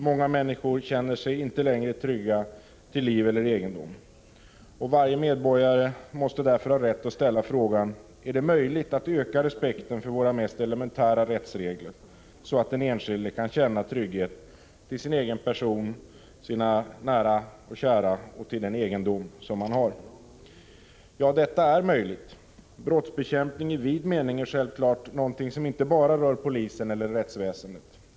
Många människor känner sig inte längre trygga till liv eller egendom, och varje medborgare måste därför ha rätt att ställa frågan: Är det möjligt att öka respekten för våra mest elementära rättsregler, så att den enskilde kan känna trygghet för sin egen person, sina nära och kära, och till den egendom som man har? Ja, detta är möjligt. Brottsbekämpning i vid mening är självfallet någonting som inte bara rör polisen eller rättsväsendet.